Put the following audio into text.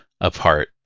apart